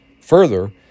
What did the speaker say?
Further